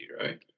right